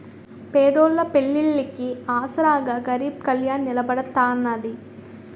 పేదోళ్ళ పెళ్లిళ్లికి ఆసరాగా గరీబ్ కళ్యాణ్ నిలబడతాన్నది